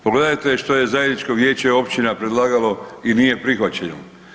Pogledajte što je zajedničko vijeće općina predlagalo i nije prihvaćeno.